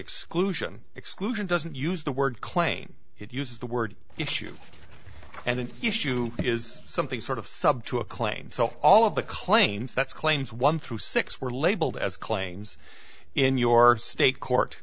exclusion exclusion doesn't use the word claim it uses the word issue and an issue is something sort of sub to a claim so all of the claims that's claims one through six were labeled as claims in your state court